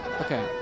Okay